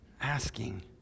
asking